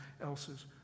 else's